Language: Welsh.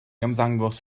ymddangos